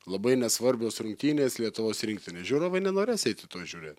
labai nesvarbios rungtynės lietuvos rinktinės žiūrovai nenorės eiti į tuos žiūrėt